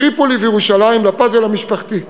טריפולי וירושלים לפאזל המשפחתי.